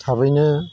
थाबैनो